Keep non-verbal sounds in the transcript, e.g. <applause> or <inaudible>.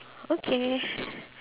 okay <breath>